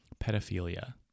pedophilia